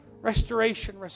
restoration